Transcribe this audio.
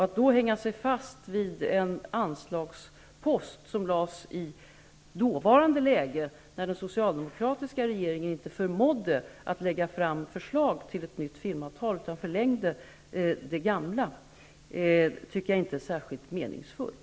Att hänga sig fast vid en anslagspost som lades fast i dåvarande läge, när den socialdemokratiska regeringen inte förmådde lägga fram förslag till ett nytt filmavtal utan förlängde det gamla, tycker jag inte är särskilt meningsfullt.